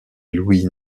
louis